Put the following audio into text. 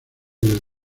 del